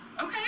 okay